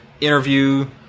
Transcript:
interview